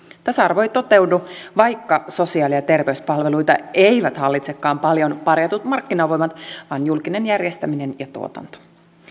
tasa arvo ei toteudu vaikka sosiaali ja terveyspalveluita eivät hallitsekaan paljon parjatut markkinavoimat vaan julkinen järjestäminen ja tuotanto